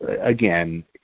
again